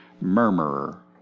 Murmurer